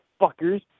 fuckers